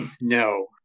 No